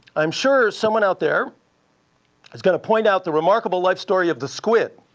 i'm sure someone out there is going to point out the remarkable life story of the squid.